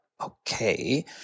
okay